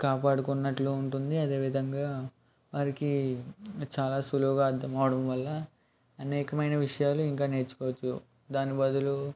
కాపాడుకున్నట్లు ఉంటుంది అదేవిధంగా వారికి చాలా సులువుగా అర్థం అవ్వడం వల్ల అనేకమైన విషయాలు ఇంకా నేర్చుకోవచ్చు దాని బదులు